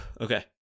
Okay